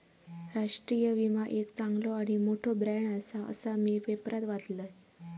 राष्ट्रीय विमा एक चांगलो आणि मोठो ब्रँड आसा, असा मी पेपरात वाचलंय